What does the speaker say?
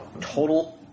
Total